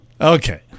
Okay